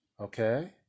Okay